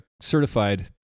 certified